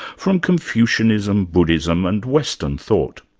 from confucianism, buddhism and western thought.